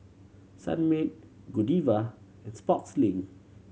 Sunmaid Godiva and Sportslink